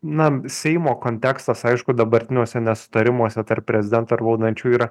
na seimo kontekstas aišku dabartiniuose nesutarimuose tarp prezidento ir valdančiųjų yra